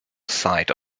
site